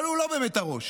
אבל הוא לא באמת הראש,